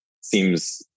seems